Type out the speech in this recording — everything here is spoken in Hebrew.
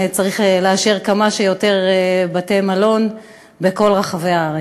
צריך לאשר כמה שיותר בתי-מלון בכל רחבי הארץ.